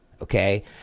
okay